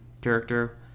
character